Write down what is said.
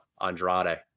Andrade